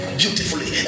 beautifully